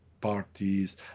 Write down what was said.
parties